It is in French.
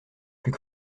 plus